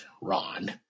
Ron